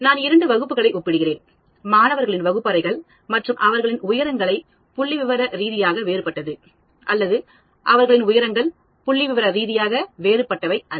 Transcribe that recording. நான் இரண்டு வகுப்புகளை ஒப்பிடுகிறேன் மாணவர்களின் வகுப்பறைகள் மற்றும் அவர்களின் உயரங்கள் புள்ளிவிவரரீதியாக வேறுபட்டது அல்லது அவர்களின் உயரங்கள் புள்ளிவிவரரீதியாக வேறுபட்டவை அல்ல